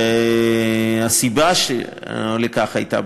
והסיבה לכך הייתה,